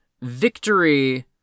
Victory